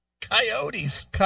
Coyotes